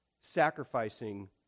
sacrificing